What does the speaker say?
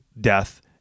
death